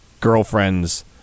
girlfriend's